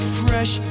fresh